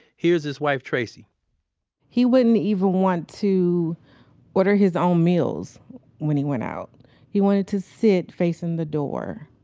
here's his wife, tracy he wouldn't even want to order his own meals when he went out he wanted to sit facing the door.